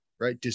right